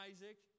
Isaac